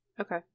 Okay